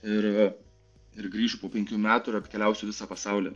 ir ir grįšiu po penkių metų ir apkeliausiu visą pasaulį